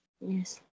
Yes